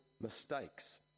mistakes